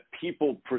people